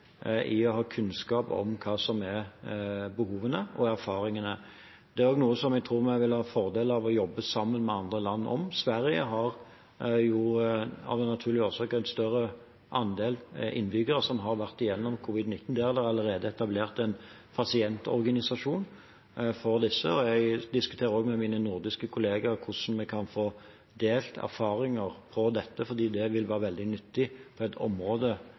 vil ha fordeler av å jobbe sammen med andre land om. Sverige har av naturlige årsaker en større andel innbyggere som har vært gjennom covid-19. Der er det allerede blitt etablert en pasientorganisasjon for disse. Jeg diskuterer også med mine nordiske kolleger hvordan vi kan få delt erfaringer om dette, for det ville være veldig nyttig